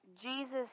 Jesus